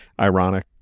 ironic